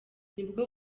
nibwo